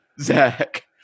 Zach